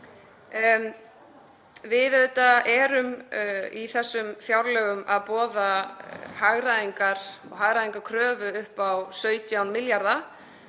Við erum í þessum fjárlögum að boða hagræðingu og hagræðingarkröfu upp á 17 milljarða.